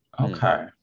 Okay